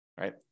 right